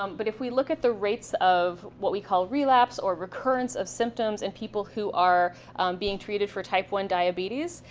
um but if we look at the rates of what we call relapse or recurrence of symptoms in people who are being treated for type one diabetes,